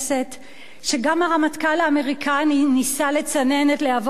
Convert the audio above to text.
שגם הרמטכ"ל האמריקני ניסה לצנן את להבות השיגעון,